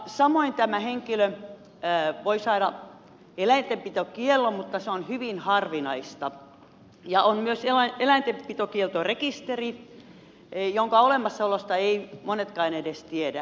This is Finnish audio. samoin tämä henkilö voi saada eläintenpitokiellon mutta se on hyvin harvinaista ja on myös eläintenpitokieltorekisteri jonka olemassaolosta eivät monetkaan edes tiedä